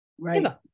Right